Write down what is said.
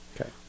Okay